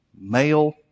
male